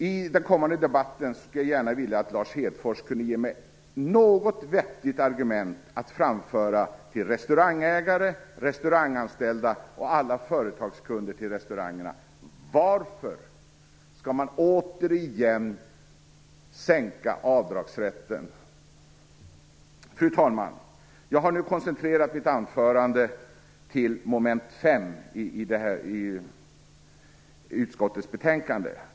I den kommande debatten skulle jag gärna vilja att Lars Hedfors kunde ge mig något vettigt argument att framföra till restaurangägare, restauranganställda och alla företagskunder till restaurangerna. Varför skall man återigen minska avdragsrätten? Fru talman! Jag har nu koncentrerat mitt anförande till mom. 5 i utskottets betänkande.